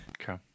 Okay